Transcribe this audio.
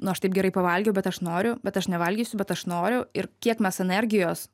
nu aš taip gerai pavalgiau bet aš noriu bet aš nevalgysiu bet aš noriu ir kiek mes energijos